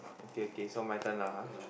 okay okay so my turn lah !huh!